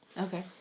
okay